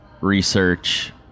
research